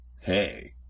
hey